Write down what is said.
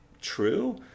true